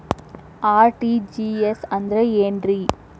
RTGS ಅಂದ್ರ ಏನ್ರಿ?